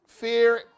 Fear